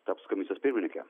taps komisijos pirmininke